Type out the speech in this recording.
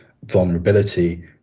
vulnerability